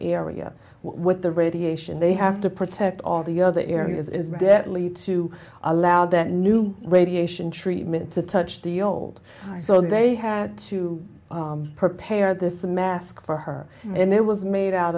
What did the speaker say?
area with the radiation they have to protect all the other areas it is deadly to allow that new radiation treatment to touch the old so they had to prepare this mask for her and it was made out